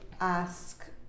ask